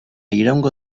iraungo